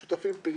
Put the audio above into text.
שותפים פעילים,